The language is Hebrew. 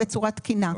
בצורה תקינה.